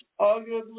arguably